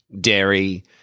dairy